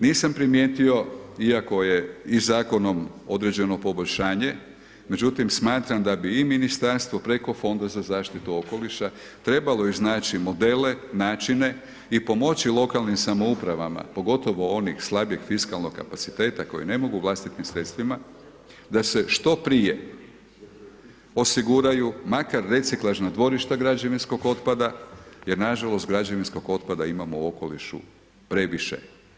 Nisam primijetio, iako je i zakonom određeno poboljšanje, međutim smatram da bi i ministarstvo preko Fonda za zaštitu okoliša trebalo iznači modele, načine i pomoći lokalnim samoupravama, pogotovo onih slabijeg fiskalnog kapaciteta kojeg nemaju u vlastitim sredstvima, da se što prije osiguraju, makar reciklažna dvorišta građevinskog otpada jer nažalost građevinskog otpada imamo u okolišu previše.